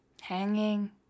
hanging